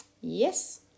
yes